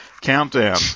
Countdown